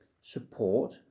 Support